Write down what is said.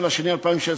14 בפברואר